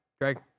greg